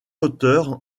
auteur